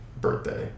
birthday